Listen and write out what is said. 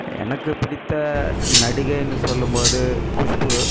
எனக்கு பிடித்த நடிகைன்னு சொல்லும்போது குஷ்பூ